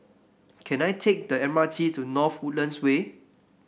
can I take the M R T to North Woodlands Way